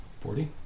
Forty